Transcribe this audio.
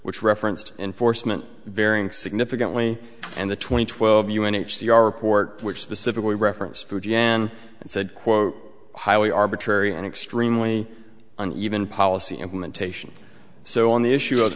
which referenced enforcement varying significantly and the twenty twelve u n h c r report which specifically referenced to jan and said quote highly arbitrary and extremely an even policy implementation so on the issue of